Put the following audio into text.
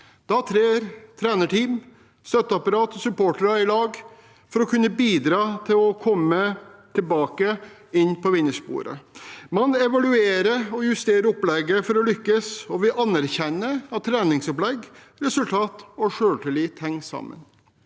Da trer trenerteam, støtteapparat og supportere sammen for å kunne bidra til at man kommer tilbake på vinnersporet. Man evaluerer og justerer opplegget for å lykkes, og vi anerkjenner at treningsopplegg, resultat og selvtillit henger sammen.